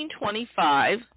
1925